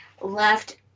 left